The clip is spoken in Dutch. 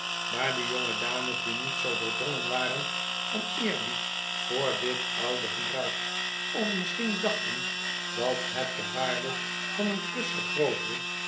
maar de jongedames die niet zoo doordrongen waren van eerbied voor dit oude gebruik of misschien dachten dat het de waarde van een kus